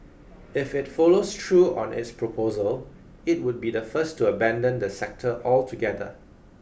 if it follows through on its proposal it would be the first to abandon the sector altogether